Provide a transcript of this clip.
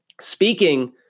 Speaking